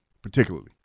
particularly